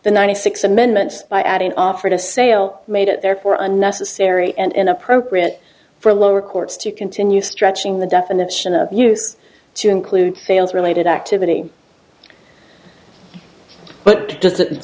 the ninety six amendments by adding offer to sale made it therefore unnecessary and inappropriate for lower courts to continue stretching the definition of use to include sales related activity but does